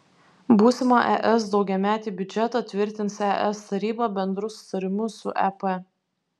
būsimą es daugiametį biudžetą tvirtins es taryba bendru sutarimu su ep